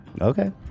Okay